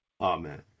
amen